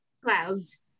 Clouds